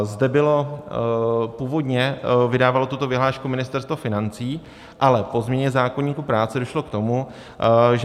Zde bylo... původně vydávalo tuto vyhlášku Ministerstvo financí, ale po změně zákoníku práce došlo k tomu, že